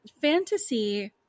fantasy